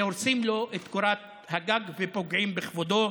הורסים לו את קורת הגג ופוגעים בכבודו?